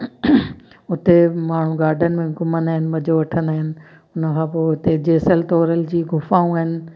हुते माण्हू गार्डन में घुमंदा आहिनि मज़ो वठंदा आहिनि हुन खां पोइ उते जैसल तोरन जी गुफाऊं आहिनि